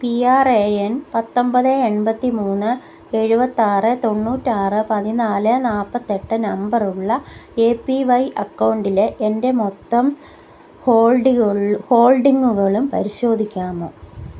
P R A N പത്തൊൻപത് എൺപത്തി മൂന്ന് എഴുപത്താറ് തൊണ്ണൂറ്റാറ് പതിനാല് നാൽപ്പത്തെട്ട് നമ്പറുള്ള എ പി വൈ അക്കൌണ്ടിലെ എൻ്റെ മൊത്തം ഹോൾഡി ഹോൾഡിംഗുകളും പരിശോധിക്കാമോ